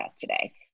today